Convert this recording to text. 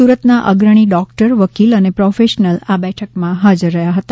સુરતના અગ્રણી ડોક્ટર વકીલ અને પ્રોફેશનલ આ બેઠકમાં હાજર હતા